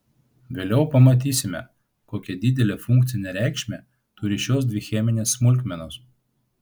vėliau pamatysime kokią didelę funkcinę reikšmę turi šios dvi cheminės smulkmenos